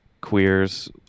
queers